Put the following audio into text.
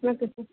okay sir